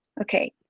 Okay